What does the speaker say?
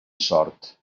sort